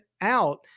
out